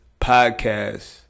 podcast